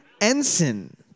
ensign